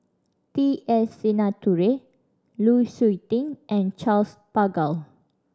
T S Sinnathuray Lu Suitin and Charles Paglar